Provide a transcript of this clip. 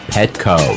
Petco